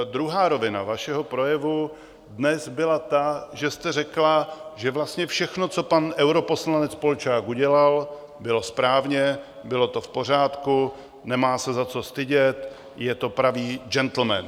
Druhá rovina vašeho projevu dnes byla ta, že jste řekla, že vlastně všechno, co pan europoslanec Polčák udělal, bylo správně, bylo to v pořádku, nemá se za co stydět, je to pravý džentlmen.